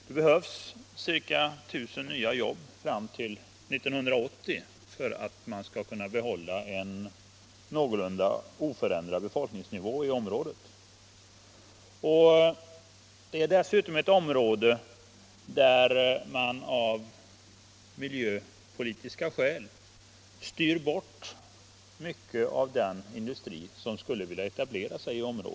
Det behövs ca 1000 nya jobb fram till 1980 för att man skall kunna behålla en någorlunda oförändrad befolkningsnivå i området. Det är dessutom ett område där man av miljöpolitiska skäl styr bort mycket av den industri som skulle vilja etablera sig där.